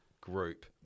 group